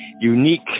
unique